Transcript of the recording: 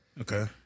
Okay